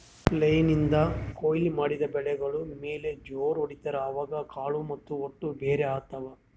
flail ನಿಂದ್ ಕೊಯ್ಲಿ ಮಾಡಿದ್ ಬೆಳಿಗೋಳ್ ಮ್ಯಾಲ್ ಜೋರ್ ಹೊಡಿತಾರ್, ಅವಾಗ್ ಕಾಳ್ ಮತ್ತ್ ಹೊಟ್ಟ ಬ್ಯಾರ್ ಆತವ್